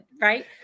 right